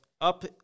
up